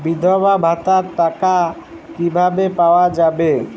বিধবা ভাতার টাকা কিভাবে পাওয়া যাবে?